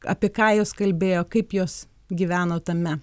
apie ką jos kalbėjo kaip jos gyveno tame